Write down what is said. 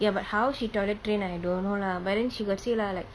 ya but how she toilet train I don't know lah but then she got say lah like